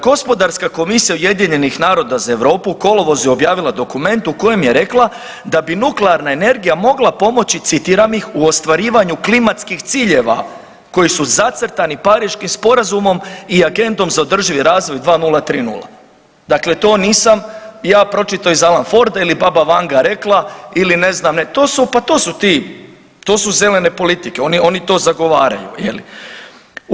Gospodarska komisija UN-a za Europu u kolovozu je objavila dokument u kojem je rekla da bi nuklearna energija mogla pomoći, citiram ih, u ostvarivanju klimatskih ciljeva koji su zacrtani Pariškim sporazumom i Agendom za održivi razvoj 2.0. i 3.0., dakle to nisam ja pročitao iz Alan Forda ili baba Vanga rekla ili ne znam ne, to su, pa to su ti, to su zelene politike, oni, oni to zagovaraju je li.